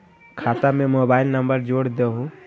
खाता में mobile number जोड़ दहु?